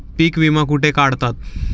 पीक विमा कुठे काढतात?